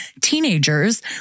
teenagers